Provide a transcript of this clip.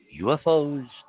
UFOs